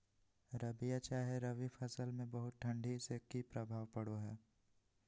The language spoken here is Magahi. रबिया चाहे रवि फसल में बहुत ठंडी से की प्रभाव पड़ो है?